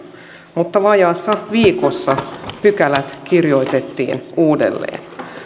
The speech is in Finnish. mutta vajaassa viikossa pykälät kirjoitettiin uudelleen